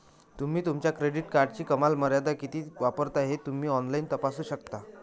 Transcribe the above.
तुम्ही तुमच्या क्रेडिट कार्डची कमाल मर्यादा किती वापरता ते तुम्ही ऑनलाइन तपासू शकता